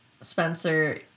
Spencer